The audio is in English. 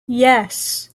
yes